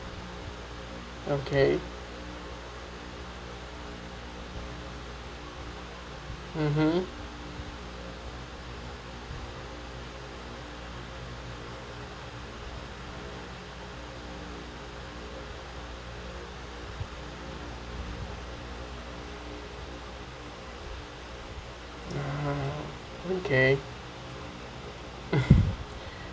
okay mmhmm ah okay mm